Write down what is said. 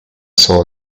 saw